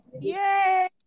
Yay